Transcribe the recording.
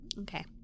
Okay